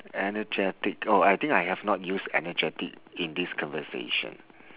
energetic oh I think I have not used energetic in this conversation